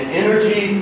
energy